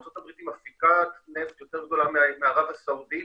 היא מפיקת נפט יותר גדולה מערב הסעודית.